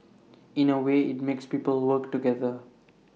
in A way IT makes people work together